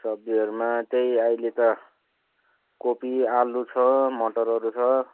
सब्जीहरूमा त्यही अहिले त कोपी आलु छ मटरहरू छ